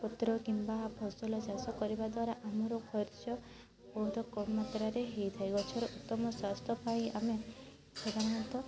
ପତ୍ର କିମ୍ବା ଫସଲ ଚାଷ କରିବା ଦ୍ଵାରା ଆମର ଖର୍ଚ୍ଚ ବହୁତ କମ୍ ମାତ୍ରାରେ ହେଇଥାଏ ଗଛ ର ଉତ୍ତମ ସ୍ଵାସ୍ଥ୍ୟ ପାଇଁ ଆମେ ସାଧାରଣତଃ